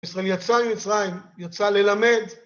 ישראל יצא ממצרים, יצא ללמד.